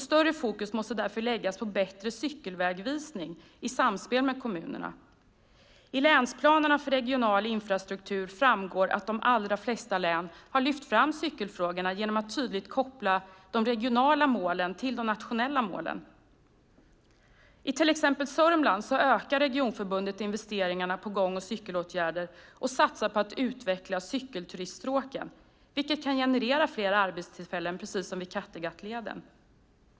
Större fokus måste därför läggas på bättre cykelvägvisning i samspel med kommunerna. I länsplanerna för regional infrastruktur framgår att de allra flesta län har lyft fram cykelfrågorna genom att tydligt koppla de regionala målen till de nationella målen. I till exempel Sörmland ökar Regionförbundet investeringarna på gång och cykelåtgärder och satsar på att utveckla cykelturiststråken, vilket kan generera fler arbetstillfällen - precis som med Kattegattleden.